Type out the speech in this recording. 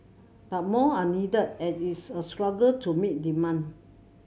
but more are needed and it is a struggle to meet demand